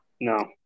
No